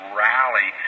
rally